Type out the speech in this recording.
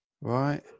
Right